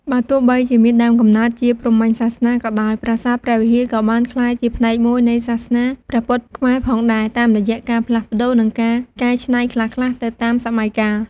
បើទោះបីជាមានដើមកំណើតជាព្រាហ្មណ៍សាសនាក៏ដោយ ប្រាសាទព្រះវិហារ ក៏បានក្លាយជាផ្នែកមួយនៃសាសនាព្រះពុទ្ធខ្មែរផងដែរ តាមរយៈការផ្លាស់ប្តូរ និងការកែច្នៃខ្លះៗទៅតាមសម័យកាល។។